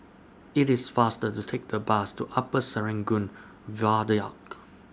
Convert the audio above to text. IT IS faster to Take The Bus to Upper Serangoon Viaduct